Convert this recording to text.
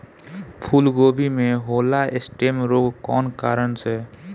फूलगोभी में होला स्टेम रोग कौना कारण से?